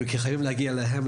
חייבים להגיע אליהם,